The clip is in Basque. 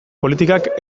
politikak